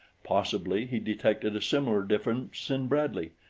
possibly he detected a similar difference in bradley,